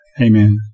Amen